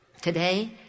Today